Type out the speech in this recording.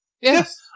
Yes